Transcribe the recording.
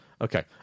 Okay